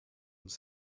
uns